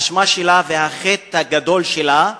האשמה שלה, והחטא הגדול שלה,